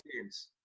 games